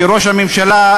ראש הממשלה,